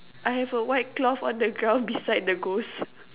I have a white cloth on the ground beside the ghost